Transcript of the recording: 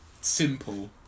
simple